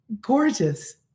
Gorgeous